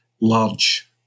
large